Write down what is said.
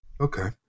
Okay